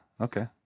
Okay